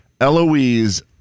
Eloise